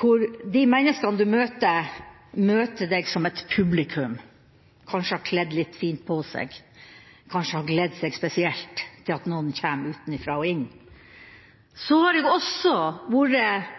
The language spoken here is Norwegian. hvor de menneskene du møter, møter deg som et publikum, kanskje har kledd på seg fint, kanskje har gledet seg spesielt til at noen utenfra kommer. Så har jeg også vært